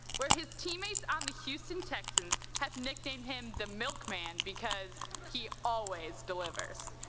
where his teammates on the houston texans have nicknamed him the milkman, because he always delivers.